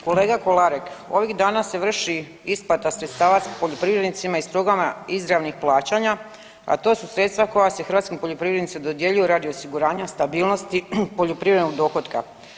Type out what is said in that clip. Kolega Kolarek, ovih dana se vrši isplata sredstava poljoprivrednicima iz programa izravnih plaćanja, a to su sredstva koja se hrvatskim poljoprivrednicima dodjeljuju radi osiguranja stabilnosti poljoprivrednog dohotka.